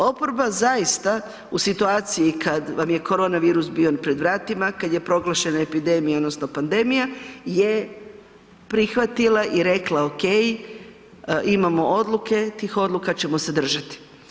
Oporba zaista u situaciji kad vam je korona virus bio pred vratima, kad je proglašena epidemija odnosno pandemija je prihvatila i rekla ok, imamo odluke, tih odluka ćemo se držati.